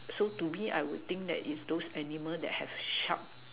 so to me I would think that is those animal that have sharp